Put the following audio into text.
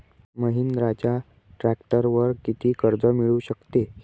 महिंद्राच्या ट्रॅक्टरवर किती कर्ज मिळू शकते?